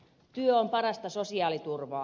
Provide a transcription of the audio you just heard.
työ on parasta sosiaaliturvaa